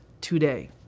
today